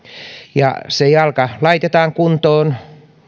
ja se jalka laitetaan kuntoon